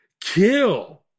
Kill